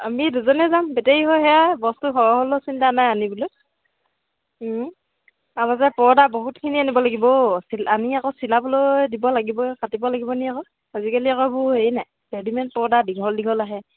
আমি দুজনে যাম বেটাৰী হৈ সেয়া বস্তু সৰহ হ'লেও চিন্তা নাই আনিবলে তাৰপাছত পৰ্দা বহুতখিনি আনিব লাগিব আনি আকৌ চিলাবলৈ দিব লাগিব কাটিব লাগিব নি আকৌ আজিকালি কাপোৰবোৰ হেৰি নাই ৰেডিমেড পৰ্দা দীঘল দীঘল আহে